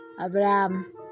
Abraham